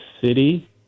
city